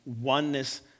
oneness